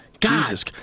Jesus